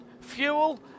fuel